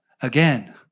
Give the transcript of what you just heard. again